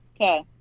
Okay